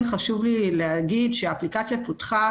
כן חשוב לי להגיד שהאפליקציה פותחה